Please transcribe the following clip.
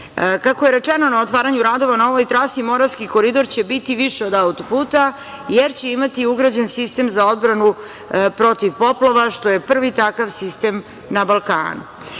10.Kako je rečeno na otvaranju radova na ovoj trasi, Moravski koridor će biti više od auto-puta jer će imati ugrađen sistem za odbranu protiv poplava, što je prvi takav sistem na Balkanu. Drugi